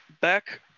back